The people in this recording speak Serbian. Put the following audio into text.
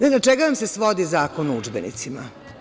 Na čega nam se svodi Zakon o udžbenicima?